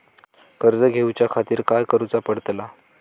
कर्ज घेऊच्या खातीर काय करुचा पडतला?